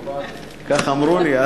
כך אמרו לי,